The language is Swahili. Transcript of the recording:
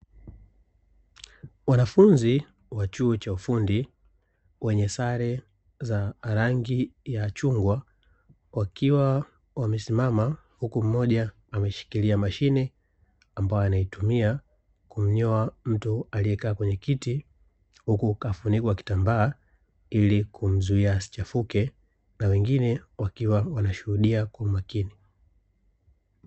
Wanafunzi wa chuo cha ufundi wenye sare za rangi ya chungwa, wakiwa wamesimama huku mmoja ameshikilia mashine ambayo anaitumia kumnyoa mtu aliyekaa kwenye kiti huku kafunikwa kitambaa ili kumzuia asichafuke na wengine wakiwa wanashuhudia kwa umakini.